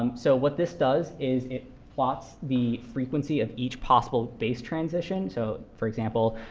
um so what this does is it plots the frequency of each possible base transition so for example,